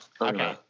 Okay